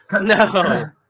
No